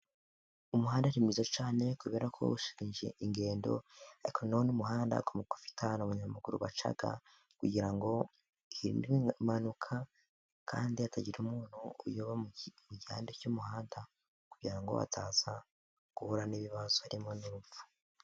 Umuhanda ni mwiza cyane kubera ko woroshya ingendo. Ariko nanone umuhanda ufite ahantuabanyamaguru baca kugira ngo hirindwe impanuka kandi hatagira umuntu uyoba mu gihande cy'umuhanda kugira ngo ataza guhura n'ibibazo harimo n'urupfu.